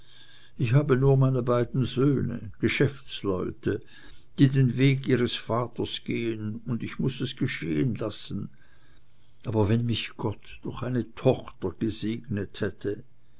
ich habe nur meine beiden söhne geschäftsleute die den weg ihres vaters gehen und ich muß es geschehen lassen aber wenn mich gott durch eine tochter gesegnet hätte